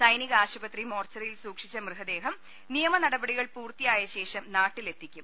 സൈനിക ആശുപത്രി മോർച്ചറിയിൽ സൂക്ഷിച്ച മൃതദേഹം നിയമനടപടികൾ പൂർത്തിയായ ശേഷം നാട്ടിലെത്തിക്കും